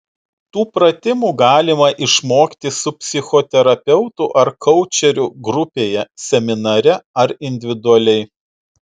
tų pratimų galima išmokti su psichoterapeutu ar koučeriu grupėje seminare ar individualiai